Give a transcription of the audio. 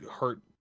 hurt